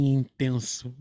intenso